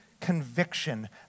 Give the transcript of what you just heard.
conviction